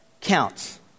counts